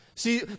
See